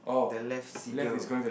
the left seagull